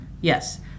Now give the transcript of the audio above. yes